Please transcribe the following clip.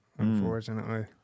Unfortunately